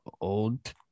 old